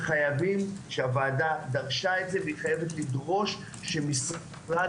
הוועדה דרשה את זה והיא חייבת לדרוש שמשרד